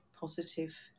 positive